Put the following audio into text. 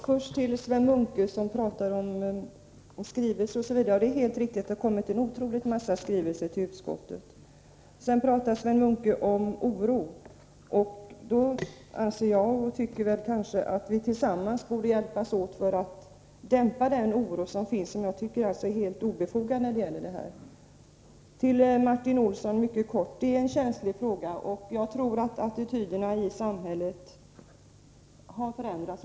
Herr talman! Sven Munke talade om skrivelser. Det är helt riktigt att det har kommit en otrolig massa skrivelser till utskottet. Sven Munke talade också om oron. Då tycker jag att vi tillsammans borde hjälpas åt för att dämpa den oro som finns och som jag tycker är helt obefogad i detta fall. Det är en känslig fråga, Martin Olsson, och jag tror att attityderna i samhället inte har förändrats.